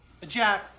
Jack